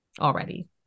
already